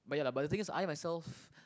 but ya lah but the thing is I myself